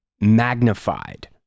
magnified